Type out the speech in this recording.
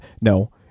no